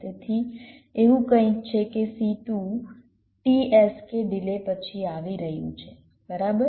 તેથી એવું કંઈક છે કે C2 t sk ડિલે પછી આવી રહ્યું છે બરાબર